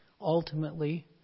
Ultimately